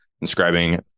inscribing